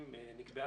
מוכנות